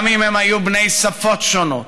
גם אם הם היו בני שפות שונות,